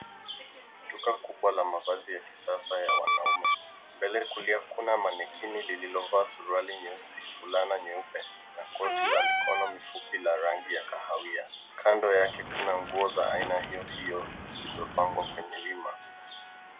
Duka kubwa la mavazi ya kisasa ya wanaume. Mbele kulia kuna mannequin lililojaa suruali nyeusi, fulana nyeupe na koti la mikono mifupi ya rangi ya kahawia. Kando yake kuna nguo za aina hiyo hiyo zilizopangwa kwenye wima.